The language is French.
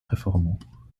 performants